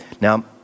Now